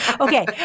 Okay